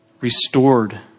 restored